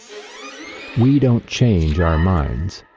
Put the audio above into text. we don't change our minds.